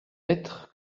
lettre